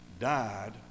died